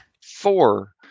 four